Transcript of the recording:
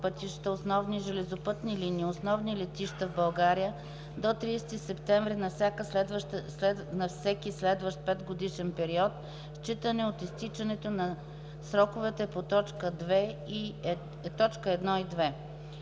основни железопътни линии и основни летища в България – до 30 септември на всеки следващ петгодишен период, считано от изтичането на сроковете по т. 1 и 2.”;